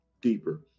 deeper